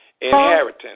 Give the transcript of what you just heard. inheritance